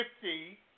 fifty